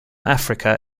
africa